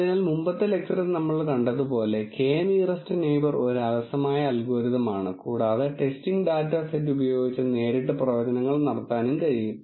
അതിനാൽ മുമ്പത്തെ ലെക്ച്ചറിൽ നമ്മൾ കണ്ടതുപോലെ K നിയറെസ്റ് നെയിബർ ഒരു അലസമായ അൽഗോരിതം ആണ് കൂടാതെ ടെസ്റ്റിംഗ് ഡാറ്റ സെറ്റ് ഉപയോഗിച്ച് നേരിട്ട് പ്രവചനങ്ങൾ നടത്താനും കഴിയും